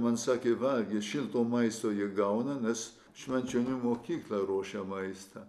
man sakė valgį šilto maisto jie gauna nes švenčionių mokykla ruošia maistą